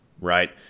right